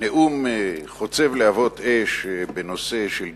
נאום חוצב להבות אש בנושא של גזענות,